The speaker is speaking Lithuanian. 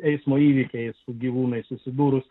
eismo įvykiai su gyvūnais susidūrus